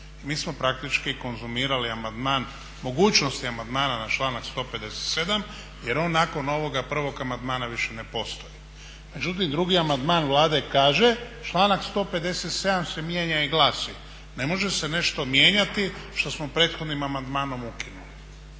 Mi smo praktički konzumirali amandman, mogućnosti amandmana na članak 157, jer on nakon ovog prvog amandmana više ne postoji. Međutim, drugi amandman Vlade kaže članak 157. se mijenja i glasi: "Ne može se nešto mijenjati što smo prethodnim amandmanom ukinuli."